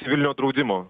civilinio draudimo